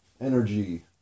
energy